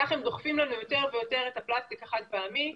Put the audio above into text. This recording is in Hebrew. כך הם דוחפים לנו יותר ויותר את הפלסטיק החד פעמי.